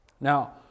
Now